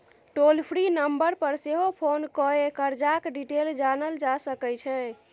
टोल free number पर सेहो phone कए करजाक डिटेल जानल जा सकै छै